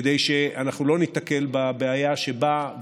כדי שאנחנו לא ניתקל בבעיה שבאה,